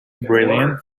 brilliant